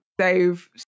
save